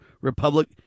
republic